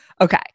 Okay